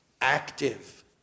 Active